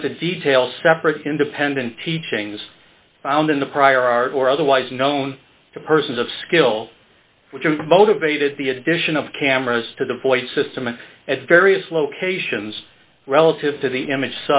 on to detail separate independent teachings found in the prior art or otherwise known to persons of skill which motivated the addition of cameras to the voice system at various locations relative to the image